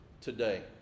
today